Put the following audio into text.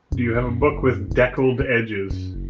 do you have a book with deckled edges?